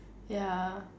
ya